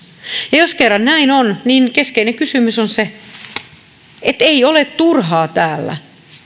ja jos kerran näin on niin keskeinen kysymys on se että ei ole turhaa täällä